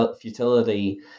futility